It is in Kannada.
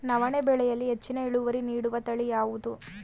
ನವಣೆ ಬೆಳೆಯಲ್ಲಿ ಹೆಚ್ಚಿನ ಇಳುವರಿ ನೀಡುವ ತಳಿ ಯಾವುದು?